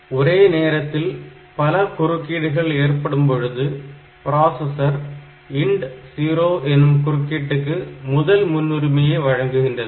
ஒரே நேரத்தில் பல குறுக்கீடுகள் ஏற்படும்பொழுது ப்ராசசர் INT0 எனும் குறுக்கீட்டுக்கு முதல் முன்னுரிமையை வழங்குகிறது